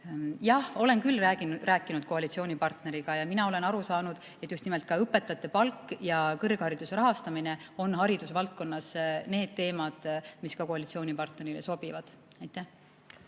Jah, olen küll rääkinud koalitsioonipartneriga ja mina olen aru saanud, et just nimelt õpetajate palk ja kõrghariduse rahastamine on haridusvaldkonnas need teemad, mis ka koalitsioonipartnerile sobivad. Aitäh!